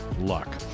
luck